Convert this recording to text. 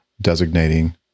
designating